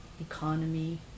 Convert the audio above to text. economy